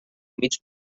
mig